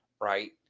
Right